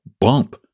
bump